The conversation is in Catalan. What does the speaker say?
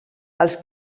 als